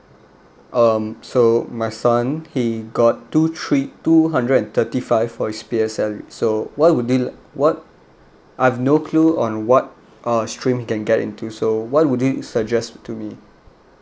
um so my son he got two three two hundred and thirty five for P_S_L_E so what would you what I've no clue on what uh stream he can get into so what would you suggest to me